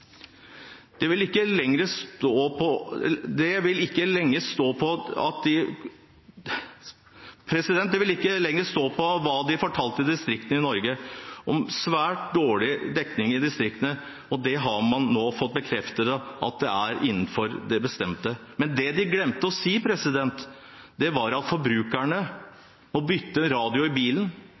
Det vil ikke lenger stå på hva de fortalte distriktene i Norge om svært dårlig dekning i distriktene, og det har man nå fått bekreftet er innenfor det bestemte. Men det de glemte å si, var at forbrukerne må bytte radio i bilen,